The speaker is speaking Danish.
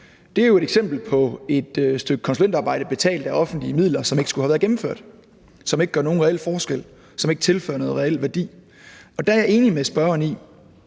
Det er jo et eksempel på et stykke konsulentarbejde betalt af offentlige midler, som ikke skulle have været gennemført, som ikke gør nogen reel forskel, og som ikke tilfører nogen reel værdi. Der er jeg enig med spørgeren i